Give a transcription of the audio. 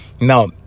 Now